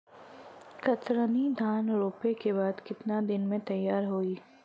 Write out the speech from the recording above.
कतरनी धान रोपे के बाद कितना दिन में तैयार होई?